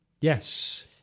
yes